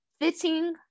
fitting